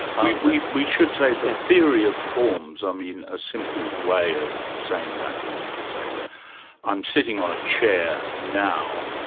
we we should say, the theory of forms, i mean, a simple way of saying that is to say that i'm sitting on a chair now,